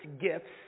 gifts